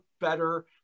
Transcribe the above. better